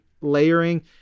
layering